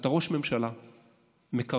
אתה ראש ממשלה מקרטע,